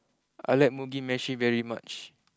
I like Mugi Meshi very much